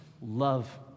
love